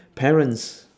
parents